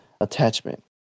attachment